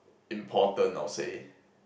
important I'll say